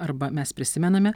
arba mes prisimename